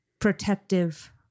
protective